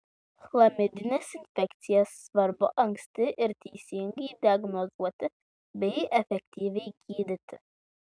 chlamidines infekcijas svarbu anksti ir teisingai diagnozuoti bei efektyviai gydyti